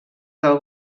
del